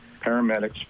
paramedics